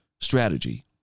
strategy